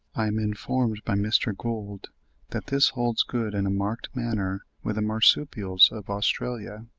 i am informed by mr. gould that this holds good in a marked manner with the marsupials of australia,